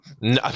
No